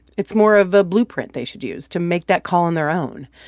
it's more of a blueprint they should use to make that call on their own.